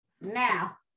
Now